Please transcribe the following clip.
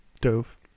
dove